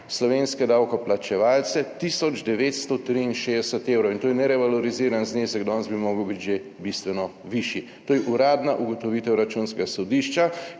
slovenske davkoplačevalce tisoč 963 evrov, in to je nerevaloriziran znesek, danes bi moral biti že bistveno višji. To je uradna ugotovitev Računskega sodišča,